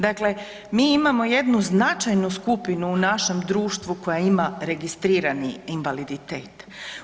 Dakle, mi imamo jednu značajnu skupinu u našem društvu koje ima registrirani invaliditet.